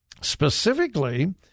specifically